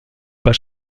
pas